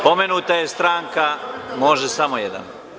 Pomenuta je stranka, može samo jedan.